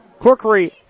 Corkery